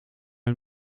hun